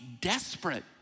desperate